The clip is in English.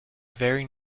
very